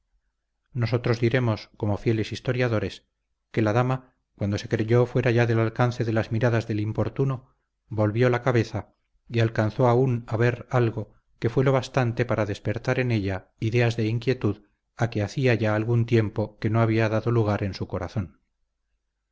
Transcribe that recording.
nosotros diremos como fieles historiadores que la dama cuando se creyó fuera ya del alcance de las miradas del importuno volvió la cabeza y alcanzó aún a ver algo que fue lo bastante para despertar en ella ideas de inquietud a que hacía ya algún tiempo que no había dado lugar en su corazón